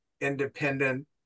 independent